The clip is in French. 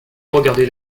regarder